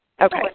okay